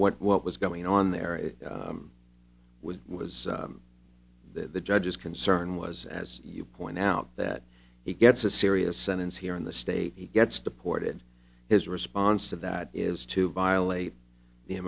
what what was going on there it was was that the judge's concern was as you point out that he gets a serious sentence here in the state he gets deported his response to that is to violate the